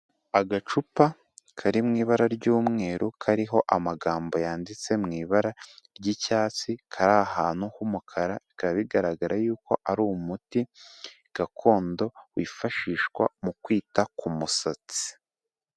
Agacupa kari mu ibara ry'umweru, kariho amagambo yanditse mu ibara ry'icyatsi, kari ahantu h'umukara, bikaba bigaragara yuko ari umuti gakondo, wifashishwa mu kwita ku musatsi.